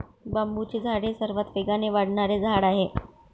बांबूचे झाड हे सर्वात वेगाने वाढणारे झाड आहे